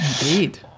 Indeed